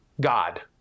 god